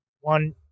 one